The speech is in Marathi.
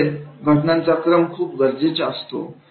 त्यामुळे घटनांचा क्रम खूप गरजेचा असतो